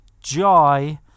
joy